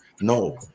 No